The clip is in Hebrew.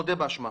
מודה באשמה.